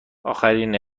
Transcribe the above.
آخرین